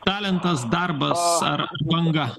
talentas darbas ar banga